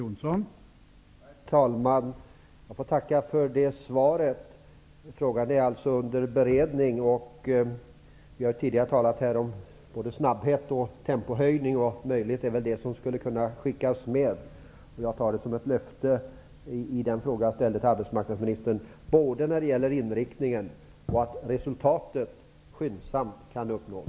Herr talman! Jag får tacka för svaret att frågan är under beredning. Vi har tidigare här talat om vikten av snabbhet och tempohöjning, och det är väl vad som skulle kunna skickas med. Jag uppfattar beskeden från arbetsmarknadsministern som löften både när det gäller inriktningen och att resultat skyndsamt skall uppnås.